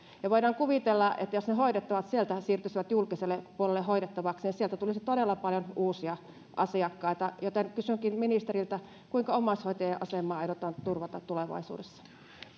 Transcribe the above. voidaan kuvitella että jos ne hoidettavat sieltä siirtyisivät julkiselle puolelle hoidettaviksi niin sieltä tulisi todella paljon uusia asiakkaita joten kysynkin ministeriltä kuinka omaishoitajien asemaa aiotaan turvata tulevaisuudessa